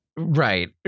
Right